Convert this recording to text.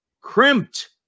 crimped